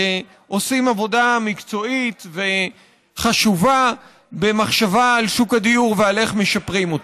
שעושים עבודה מקצועית וחשובה במחשבה על שוק הדיור ועל איך משפרים אותו.